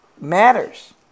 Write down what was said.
matters